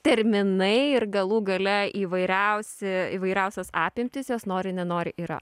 terminai ir galų gale įvairiausi įvairiausios apimtys jos nori nenori yra